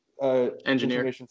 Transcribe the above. Engineer